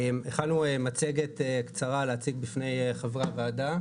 הכנו מצגת קצרה להציג בפני הוועדה,